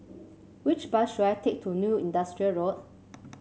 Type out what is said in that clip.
which bus should I take to New Industrial Road